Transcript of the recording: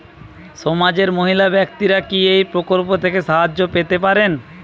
সমাজের মহিলা ব্যাক্তিরা কি এই প্রকল্প থেকে সাহায্য পেতে পারেন?